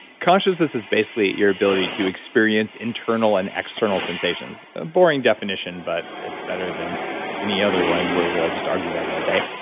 consciousness is basically your ability to experience internal and external sensations. a boring definition, but it's better than any other one where we'll just argue about it all day.